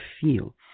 feel